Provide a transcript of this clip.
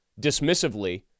dismissively